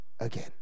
again